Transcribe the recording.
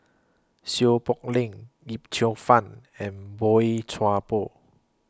Seow Poh Leng Yip Cheong Fun and Boey Chuan Poh